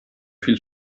viel